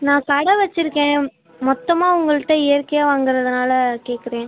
நான் கடை வச்சுருக்கேன் மொத்தமாக உங்ககிட்ட இயற்கையாக வாங்கறதுனாலே கேட்குறேன்